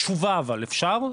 תשובה אפשר?